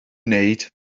wneud